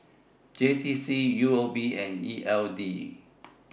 J T C U O B and E L D